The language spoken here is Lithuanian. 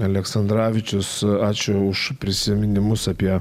aleksandravičius ačiū už prisiminimus apie